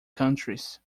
countries